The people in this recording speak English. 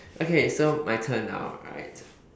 okay so my turn now right